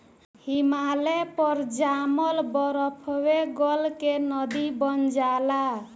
हिमालय पर जामल बरफवे गल के नदी बन जाला